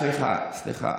סליחה, סליחה.